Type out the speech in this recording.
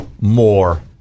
more